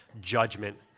judgment